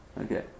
Okay